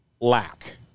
lack